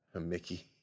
Mickey